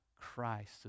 Christ